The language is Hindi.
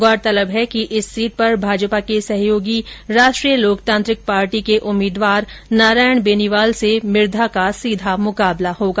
गौरतलब है कि इस सीट पर भाजपा के सहयोगी राष्ट्रीय लोकतांत्रिक पार्टी के उम्मीदवार नारायण बेनीवाल से मिर्धा का सीधा मुकाबला होगा